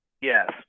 yes